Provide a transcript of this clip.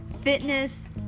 fitness